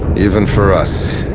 even for us,